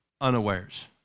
unawares